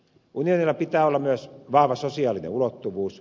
unionilla pitää olla myös vahva sosiaalinen ulottuvuus